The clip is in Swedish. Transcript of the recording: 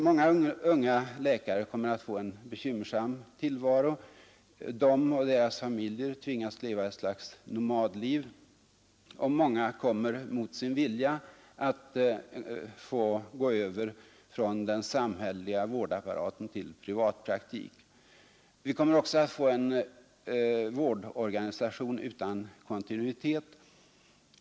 Många unga läkare kommer att få en jälvfallet bra att det är en rotation på dessa tjänster bekymmersam tillvaro — de och deras familjer tvingas leva ett slags nomadliv, och många kommer mot sin vilja att få gå över från den samhälleliga vårdapparaten till privatpraktik. Vi kommer också att få en vårdorganisation utan kontinuitet.